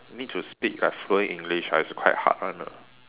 need to speak like fluent English ah is quite hard one ah